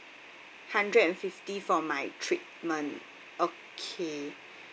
hundred and fifty for my treatment okay